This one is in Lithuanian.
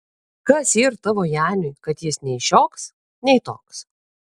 kas yr tavo janiui kad jis nei šioks nei toks